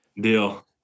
deal